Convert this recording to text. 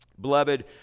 Beloved